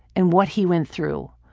and what he went through.